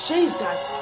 Jesus